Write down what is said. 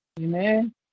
Amen